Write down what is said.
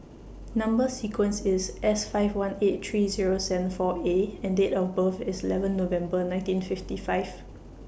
Number sequence IS S five eighteen three Zero seven four A and Date of birth IS eleven November nineteen fifty five